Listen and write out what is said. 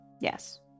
Yes